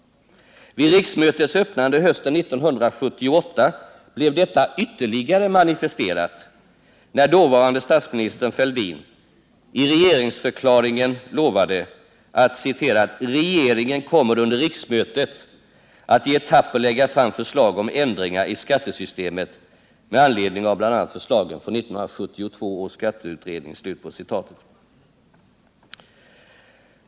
Vid riksmötets öppnande hösten 1978 blev detta ytterligare manifesterat när dåvarande statsministern Fälldin i regeringsförklaringen lovade att regeringen ”kommer under riksmötet att i etapper lägga fram förslag om ändringar i skattesystemet med anledning av bl.a. förslagen från 1972 års skatteutredning ---".